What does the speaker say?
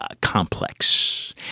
complex